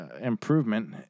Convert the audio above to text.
improvement